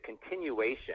continuation